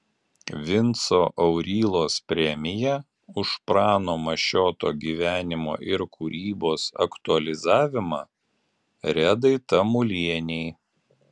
vinco aurylos premija už prano mašioto gyvenimo ir kūrybos aktualizavimą redai tamulienei